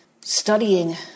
studying